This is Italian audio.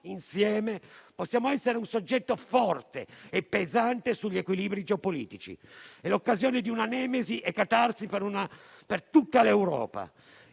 insieme possiamo essere un soggetto forte e pesante sugli equilibri geopolitici. È l'occasione di una nemesi e catarsi per tutta l'Europa.